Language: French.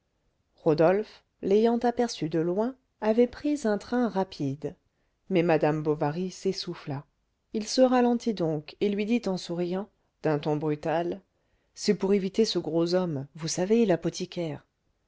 rodolphe l'ayant aperçu de loin avait pris un train rapide mais madame bovary s'essouffla il se ralentit donc et lui dit en souriant d'un ton brutal c'est pour éviter ce gros homme vous savez l'apothicaire